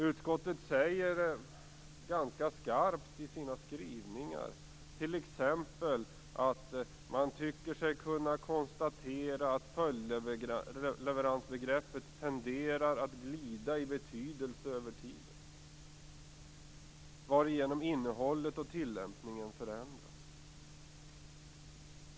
Utskottet säger ganska skarpt i sina skrivningar t.ex. att man tycker sig kunna konstatera att följdleveransbegreppet tenderar att glida i betydelse över tiden, varigenom innehållet och tillämpningen förändras.